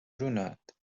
runāt